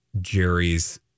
Jerry's